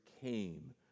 came